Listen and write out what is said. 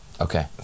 Okay